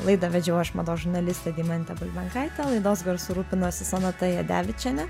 laidą vedžiau aš mados žurnalistė deimantė bulbenkaitė laidos garsu rūpinosi sonata jadevičienė